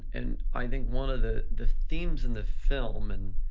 and i think one of the the themes in the film and